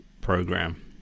program